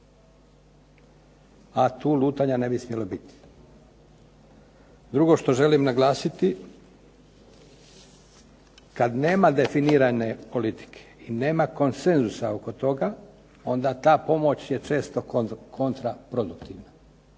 a tu lutanja ne bi smjelo biti. Drugo što želim naglasiti kad nema definirane politike i nema konsenzusa oko toga onda ta pomoć je često kontra produktivna.